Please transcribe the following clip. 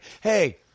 hey